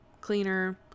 cleaner